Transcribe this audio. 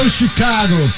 chicago